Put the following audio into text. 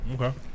Okay